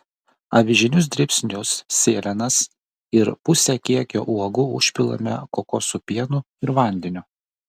avižinius dribsnius sėlenas ir pusę kiekio uogų užpilame kokosų pienu ir vandeniu